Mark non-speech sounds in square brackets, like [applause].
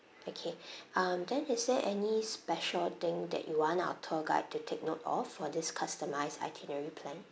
okay [breath] um then is there any special thing that you want our tour guide to take note of for this customise itinerary plan